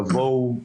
תבואו,